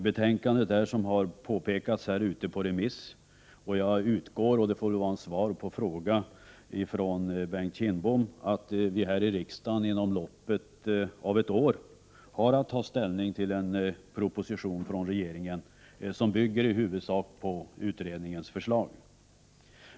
Betänkandet är, som har påpekats, ute på remiss, och jag utgår från — vilket får utgöra svar på en fråga från Bengt Kindbom — att riksdagen inom loppet av ett år får ta ställning till en proposition som i huvudsak bygger på utredningens förslag.